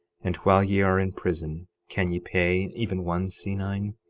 and while ye are in prison can ye pay even one senine?